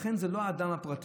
לכן זה לא האדם הפרטי,